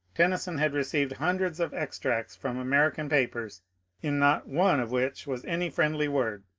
tennyson had received hundreds of extracts from american papers in not one of which was any friendly word.